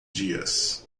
dias